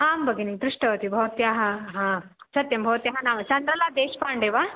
आं भगिनि दृष्टवती भवत्याः हा सत्यं भवत्याः नाम चन्द्रलादेशपाण्डे वा